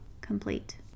complete